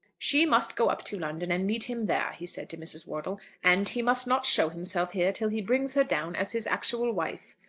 she must go up to london and meet him there, he said to mrs. wortle. and he must not show himself here till he brings her down as his actual wife.